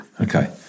Okay